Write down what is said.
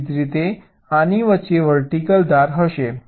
એવી જ રીતે આ ની વચ્ચે વર્ટિકલ ધાર હશે